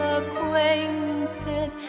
acquainted